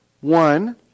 one